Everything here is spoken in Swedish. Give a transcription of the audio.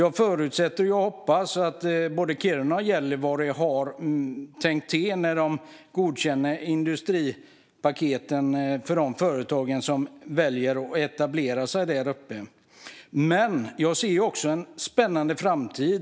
Jag både hoppas och förutsätter att både Kiruna och Gällivare har tänkt till när de godkänner industripaketen för de företag som väljer att etablera sig där. Jag ser också en spännande framtid.